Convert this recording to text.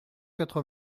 quatre